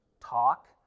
talk